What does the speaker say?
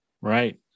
Right